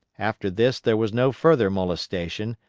after this there was no further molestation,